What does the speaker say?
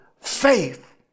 faith